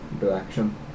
direction